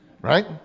right